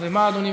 מה אדוני מציע?